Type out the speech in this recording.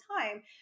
time